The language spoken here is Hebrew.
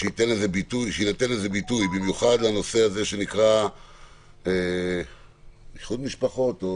שיינתן ביטוי לנושא של איחוד משפחות או